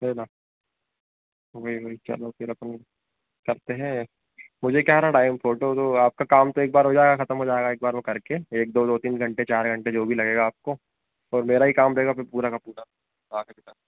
है ना वही वही चलो फिर अपन करते हैं मुझे क्या है ना टाइम फोटो तो आपका काम तो एक बार हो जाएगा खत्म हो जाएगा एक बार वो करके एक दो दो तीन घण्टे चार घण्टे जो भी लगेगा आपको और मेरा ही काम रहेगा फिर पूरा का पूरा आखिरी तक